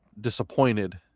disappointed